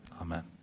Amen